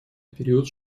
период